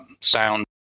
sound